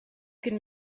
can